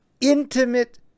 intimate